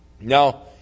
Now